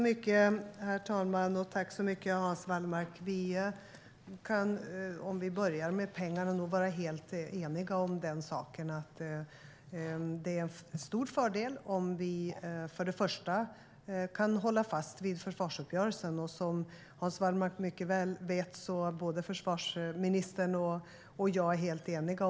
Herr talman! Låt mig börja med frågan om pengarna. Vi kan vara helt eniga om att det är en stor fördel om vi först och främst kan hålla fast vid försvarsuppgörelsen. Som Hans Wallmark mycket väl vet är både försvarsministern och jag helt eniga.